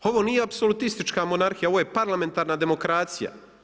Ovo nije apsolutistička monarhija, ovo je parlamentarna demokracija.